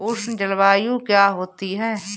उष्ण जलवायु क्या होती है?